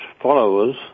followers